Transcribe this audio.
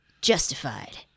justified